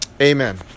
amen